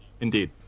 Indeed